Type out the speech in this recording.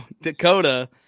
Dakota